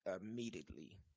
immediately